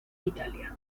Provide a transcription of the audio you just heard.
italia